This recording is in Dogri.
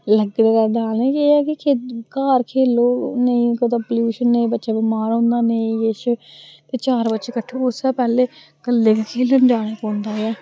लग्गने दा डर नी एह् ऐ कि घर खेलो नेईं कुतै प्लयूशन नेईं बच्चा बमार होंदा नेईं किश ते चार बच्चे कट्ठे होन उस शा पैह्ले कल्ले गै खेलन जान पौंदा ऐ